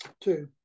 Two